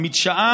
תודה רבה.